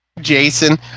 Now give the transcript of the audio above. Jason